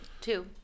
Two